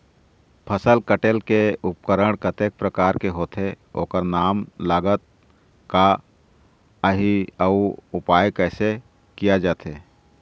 फसल कटेल के उपकरण कतेक प्रकार के होथे ओकर नाम लागत का आही अउ उपयोग कैसे किया जाथे?